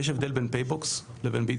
יש הבדל בין פייבוקס לבין ביט.